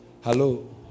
Hello